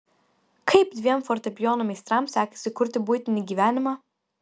kaip dviem fortepijono meistrams sekasi kurti buitinį gyvenimą